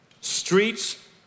Streets